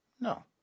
No